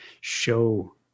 show